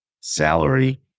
salary